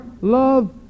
love